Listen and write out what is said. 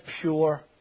pure